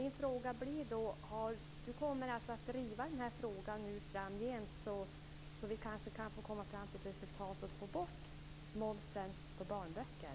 Min fråga blir om han tänker driva den här frågan framgent så att vi kanske kan komma fram till ett resultat och få bort momsen på barnböcker.